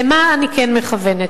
למה אני כן מכוונת?